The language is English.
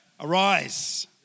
Arise